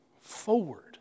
forward